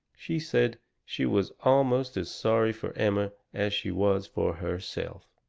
she said she was almost as sorry for emma as she was for herself.